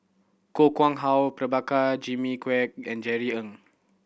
Koh Nguang How Prabhakara Jimmy Quek and Jerry Ng